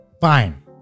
Fine